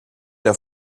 der